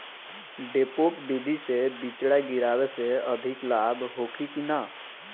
डेपोक विधि से बिचड़ा गिरावे से अधिक लाभ होखे की न?